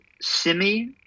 Simi